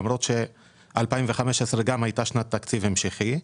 למרות ש-2015 גם הייתה שנת תקציב המשכי.